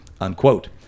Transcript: unquote